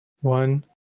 one